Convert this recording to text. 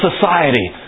society